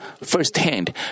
firsthand